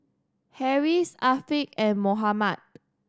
Harris Afiq and Muhammad